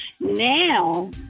now